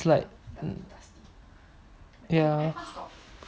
it's like ya